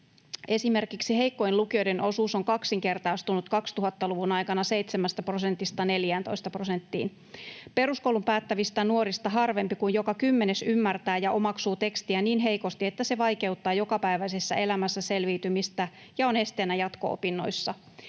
Esimerkiksi heikkojen lukijoiden osuus on kaksinkertaistunut 2000-luvun aikana seitsemästä prosentista 14 prosenttiin. Peruskoulun päättävistä nuorista harvempi kuin joka kymmenes ymmärtää ja omaksuu tekstiä niin heikosti, että se vaikeuttaa jokapäiväisessä elämässä selviytymistä ja on esteenä jatko-opinnoissa.